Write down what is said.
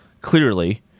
clearly